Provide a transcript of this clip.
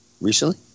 Recently